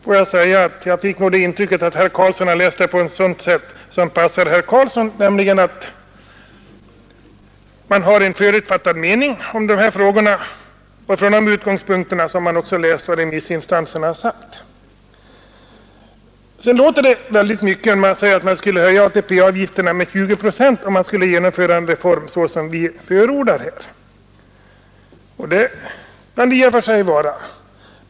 Får jag säga att man fick det intrycket att herr Karlsson läst på det sätt som passar honom, nämligen att han har en förutfattad mening i dessa frågor, och från den utgångspunkten har han också läst vad remissinstanserna sagt. Det låter mycket att man skall höja ATP-avgifterna med 20 procent, om man skall genomföra en sådan reform som vi förordar, och det kan i och för sig vara riktigt.